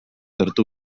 hartu